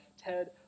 Ted